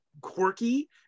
quirky